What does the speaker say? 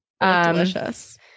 Delicious